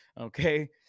okay